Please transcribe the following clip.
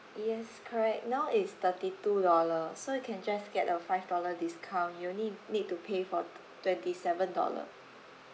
yes correct now it's thirty two dollar so you can just get a five dollar discount you only need to pay for twenty seven dollar